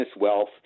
wealth